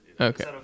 Okay